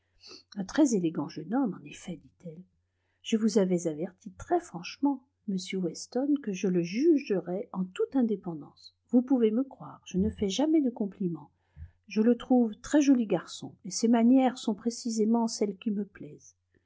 un très élégant jeune homme en effet dit-elle je vous avais averti très franchement monsieur weston que je le jugerais en toute indépendance vous pouvez me croire je ne fais jamais de compliments je le trouve très joli garçon et ses manières sont précisément celles qui me plaisent